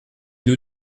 nous